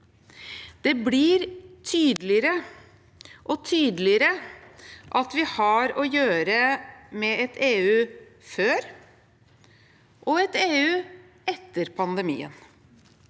Det blir tydeligere og tydeligere at vi har å gjøre med et EU før og et EU etter pandemien.